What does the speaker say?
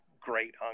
great